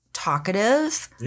talkative